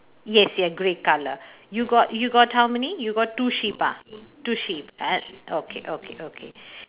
yes ye~ grey colour you got you got how many you got two sheep ah two sheep a~ okay okay okay